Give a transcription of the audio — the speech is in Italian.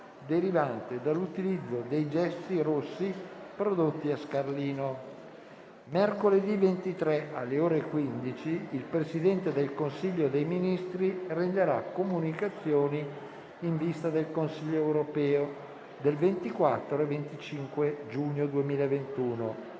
derivante dall'utilizzo dei gessi rossi prodotti a Scarlino. Mercoledì 23, alle ore 15, il Presidente del Consiglio dei ministri renderà comunicazioni in vista del Consiglio europeo del 24 e 25 giugno 2021.